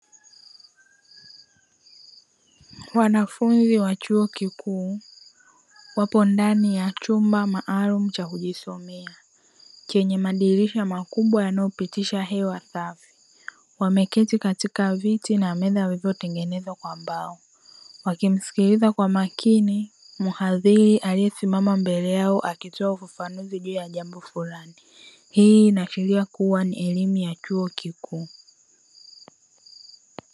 Wanafunzi wa chuo kikuu wapo ndani ya chumba maalumu cha kujisomea chenye madirisha makubwa yanayopitisha hewa safi, wameketi katika viti na meza vilivyotengenezwa kwa mbao. Wakimsikiliza kwa makini mhadhiri yaliyesimama mbele yao akitoa ufafanuzi juu ya jambo fulani. Hii inaashiria kuwa ni elimu ya chuo kikuu.